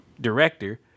director